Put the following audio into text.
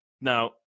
now